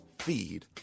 Feed